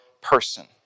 person